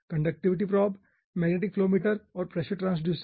conductivity probe magnetic flow meter और pressure transducer